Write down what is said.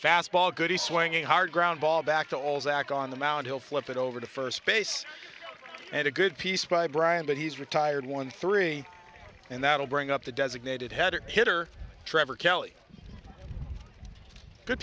fastball good he swinging hard ground ball back to all zach on the mound he'll flip it over to first base and a good piece by brian but he's retired one three and that'll bring up the designated header hitter trevor kelly good